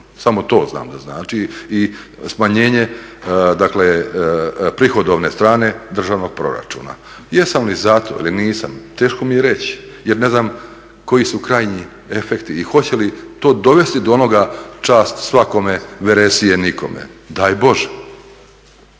samo to znam da znači i smanjenje, dakle prihodovne strane državnog proračuna. Jesam li za to ili nisam teško mi je reći jer ne znam koji su krajnji efekti i hoće li to dovesti do onoga čast svakome veresije nikome. Daj bože!